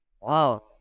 wow